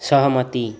सहमति